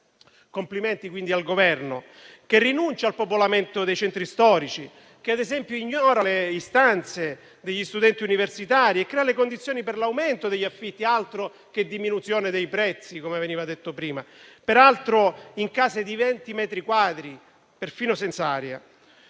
Complimenti quindi al Governo, che rinuncia al popolamento dei centri storici, che, ad esempio, ignora le istanze degli studenti universitari e crea le condizioni per l'aumento degli affitti, altro che diminuzione dei prezzi, come veniva detto prima, peraltro in case di 20 metri quadri perfino senza aria.